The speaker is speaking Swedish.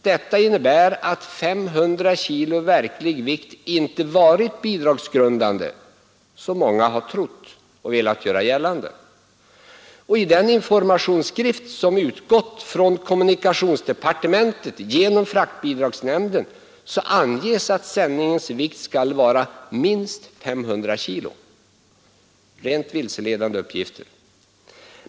Detta innebär att 500 kg verklig vikt inte varit bidragsgrundande, som många har trott och velat göra gällande. I den informationsskrift som utgått från kommunikationsdepartementet genom fraktbidragsnämnden anges att sändningens vikt skall vara minst 500 kg — en rent vilseledande uppgift.